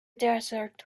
desert